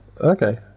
Okay